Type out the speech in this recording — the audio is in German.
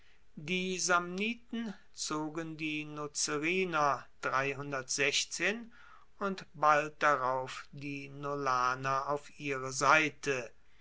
die samniten zogen die lucerer und bald darauf die nolaner auf ihre seite